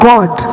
God